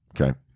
Okay